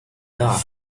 dark